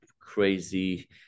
crazy